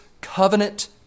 covenant